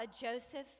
Joseph